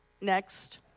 Next